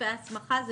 סעיפי ההסמכה זה